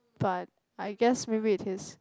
but I guess maybe it is